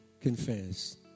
confess